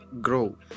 grow